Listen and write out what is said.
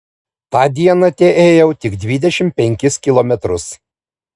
tą dieną teėjau tik dvidešimt penkis kilometrus